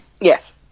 Yes